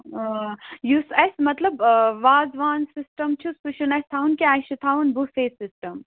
آ یُس اَسہِ مطلب وازٕوان سِسٹَم چھُ سُہ چھُنہٕ اَسہِ تھاوُن کیٚنٛہہ اَسہِ چھُ تھاوُن بُفے سِسٹَم